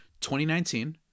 2019